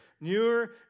newer